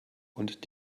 und